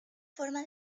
forma